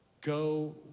go